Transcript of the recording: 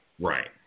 Right